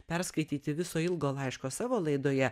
perskaityti viso ilgo laiško savo laidoje